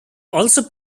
also